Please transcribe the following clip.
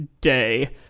day